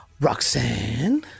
Roxanne